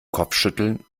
kopfschütteln